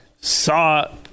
saw